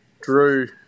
Drew